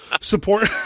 support